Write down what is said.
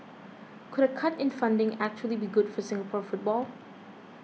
could a cut in funding actually be good for Singapore football